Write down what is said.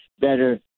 better